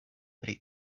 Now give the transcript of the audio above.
pri